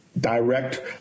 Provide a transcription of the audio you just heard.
direct